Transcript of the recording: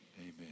amen